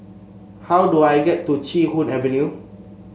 how do I get to Chee Hoon Avenue